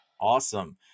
Awesome